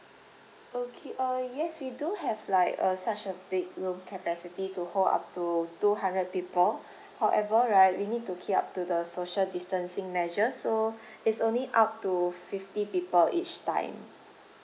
okay uh yes we do have like uh such a big room capacity to hold up to two hundred people however right we need to keep up to the social distancing measures so it's only up to fifty people each time